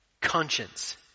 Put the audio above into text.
conscience